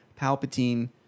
Palpatine